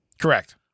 Correct